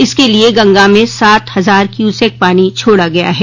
इसके लिये गंगा में सात हजार क्यूसेक पानी छोड़ा गया है